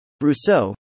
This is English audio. Rousseau